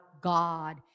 God